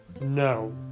No